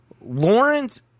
Lawrence